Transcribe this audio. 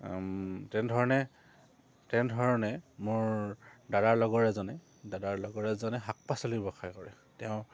তেনেধৰণে তেনেধৰণে মোৰ দাদাৰ লগৰ এজনে দাদাৰ লগৰ এজনে শাক পাচলি ব্যৱসায় কৰে তেওঁ